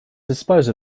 dispose